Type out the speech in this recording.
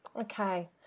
Okay